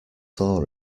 saw